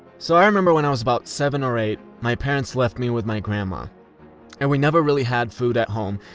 so i remember when i was about seven or eight my parents left me with my grandma and we never really had food at home.